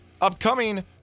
Upcoming